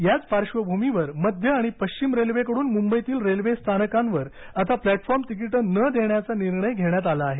याच पार्बभूमीवर मध्य आणि पश्चिम रेल्वेकडून मुंबईतील रेल्वे स्थानकांवर आता प्लॅटफॉर्म तिकीट न देण्याचा निर्णय घेण्यात आला आहे